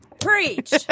Preach